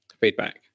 feedback